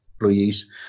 employees